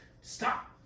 Stop